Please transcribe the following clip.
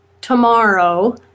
tomorrow